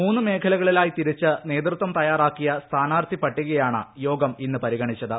മൂന്ന് മേഖലകളായി തിരിച്ച് നേതൃത്വം തയ്യാറാക്കിയ സ്ഥാനാർത്ഥി പട്ടികയാണ് യോഗം ഇന്ന് പരിഗണിച്ചത്